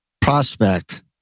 prospect